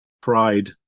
Pride